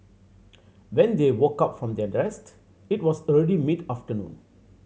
when they woke up from their rest it was already mid afternoon